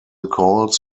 calls